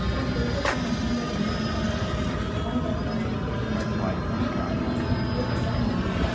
សាមគ្គីភាពបានបង្ហាញវត្តមាននៅក្នុងកាលៈទេសៈជាច្រើនទាំងក្នុងជីវភាពរស់នៅប្រចាំថ្ងៃ និងក្នុងស្ថានភាពពិសេសនានា។